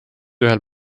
ühel